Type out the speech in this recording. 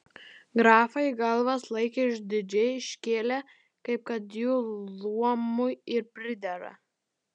grafai galvas laikė išdidžiai iškėlę kaip kad jų luomui ir pridera